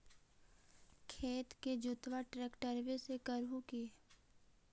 खेत के जोतबा ट्रकटर्बे से कर हू की?